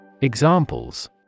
Examples